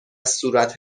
صورت